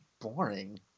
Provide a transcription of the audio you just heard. boring